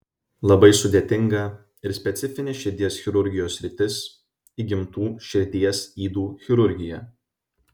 labai sudėtinga ir specifinė širdies chirurgijos sritis įgimtų širdies ydų chirurgija